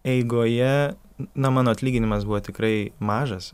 eigoje na mano atlyginimas buvo tikrai mažas